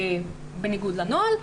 בניגוד לנוהל,